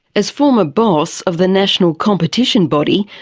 as former boss of the national competition body,